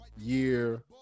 year